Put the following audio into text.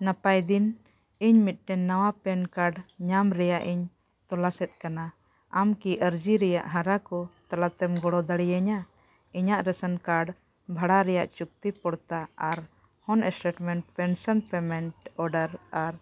ᱱᱟᱯᱟᱭ ᱫᱤᱱ ᱤᱧ ᱢᱤᱫᱴᱟᱱ ᱱᱟᱣᱟ ᱯᱮᱱ ᱠᱟᱨᱰ ᱧᱟᱢ ᱨᱮᱭᱟᱜ ᱤᱧ ᱛᱚᱞᱟᱥᱮᱫ ᱠᱟᱱᱟ ᱟᱢ ᱠᱤ ᱟᱨᱡᱤ ᱨᱮᱭᱟᱜ ᱦᱟᱞᱟ ᱠᱚ ᱛᱟᱟ ᱛᱮᱢ ᱜᱚᱲᱚ ᱫᱟᱲᱮᱭᱤᱧᱟ ᱤᱧᱟᱹᱜ ᱨᱮᱥᱚᱱ ᱠᱟᱨᱰ ᱵᱷᱟᱲᱟ ᱨᱮᱭᱟᱜ ᱪᱩᱠᱛᱤ ᱯᱚᱲᱛᱟ ᱟᱨ ᱦᱚᱱ ᱥᱴᱮᱴᱢᱮᱱᱴ ᱯᱮᱱᱥᱮᱱ ᱯᱮᱢᱮᱱᱴ ᱚᱰᱟᱨ ᱟᱨ